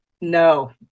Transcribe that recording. no